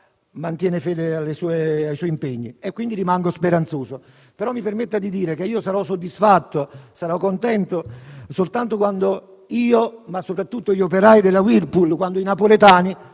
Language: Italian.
mantiene fede agli impegni, quindi rimango speranzoso. Mi permetta però di dire che sarò soddisfatto e contento soltanto quando io e soprattutto gli operai della Whirlpool e i napoletani